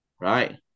Right